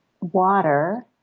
water